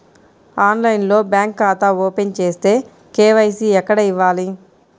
ఆన్లైన్లో బ్యాంకు ఖాతా ఓపెన్ చేస్తే, కే.వై.సి ఎక్కడ ఇవ్వాలి?